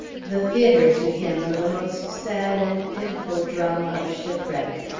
the theatre to him of a most sad and pitiful drama of shipwreck.